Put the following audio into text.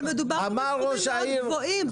אבל מדובר פה בסכומים מאוד גבוהים,